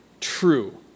true